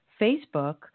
Facebook